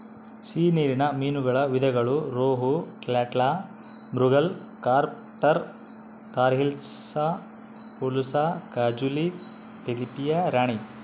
ಸಿಹಿ ನೀರಿನ ಮೀನುಗಳ ವಿಧಗಳು rohu, catla, mrigal, carp tor, tor hilsa, pulasa, kajuli, tilapia ರಾಣಿ